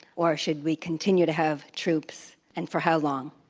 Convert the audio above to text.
or should we continue to have troops and for how long?